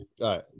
Right